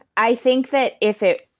i think that if it.